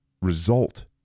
result